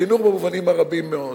חינוך במובנים רבים מאוד,